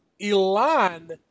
Elon